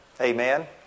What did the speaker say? Amen